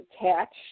attached